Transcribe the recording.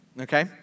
Okay